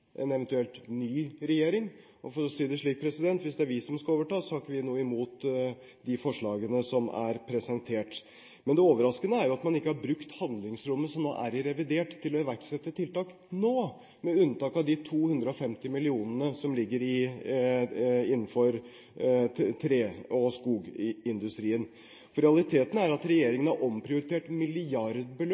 en eventuelt ny regjering overtar. For å si det slik: Hvis det er vi som skal overta, har vi ikke noe imot de forslagene som er presentert. Det overraskende er at man ikke har brukt handlingsrommet i revidert nasjonalbudsjett til å iverksette tiltak nå – med unntak av 250 mill. kr til tre- og skogindustrien. Realiteten er at regjeringen har omprioritert milliardbeløp